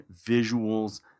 visuals